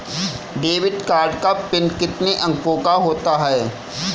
Debit card का PIN कितने अंकों का होता है?